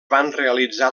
realitzar